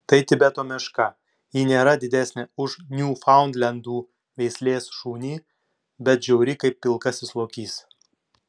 tai tibeto meška ji nėra didesnė už niūfaundlendų veislės šunį bet žiauri kaip pilkasis lokys